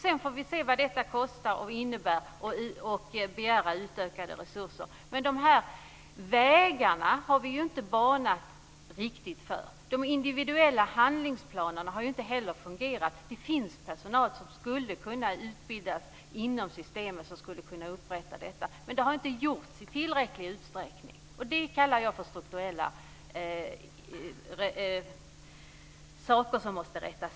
Vi får se vad det kostar och innebär och begära utökade resurser. Vi har inte riktigt banat väg för detta. De individuella handlingsplanerna har inte heller fungerat. Det finns personal som skulle kunna utbildas inom systemet för att upprätta sådana. Det har inte gjorts i tillräcklig utsträckning. Jag menar att det är strukturerna som måste förändras.